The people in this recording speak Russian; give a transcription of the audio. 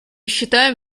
считаем